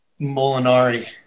Molinari